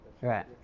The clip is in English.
Right